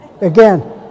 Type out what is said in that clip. Again